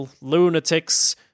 lunatics